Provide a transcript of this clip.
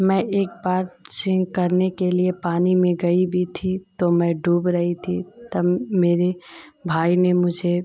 मैं एक बार स्विम करने के लिए पानी में गई भी थी तो मैं डूब रही थी तब मेरे भाई ने मुझे